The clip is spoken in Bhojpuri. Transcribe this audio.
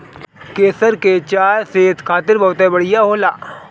केसर के चाय सेहत खातिर बहुते बढ़िया होला